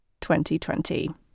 2020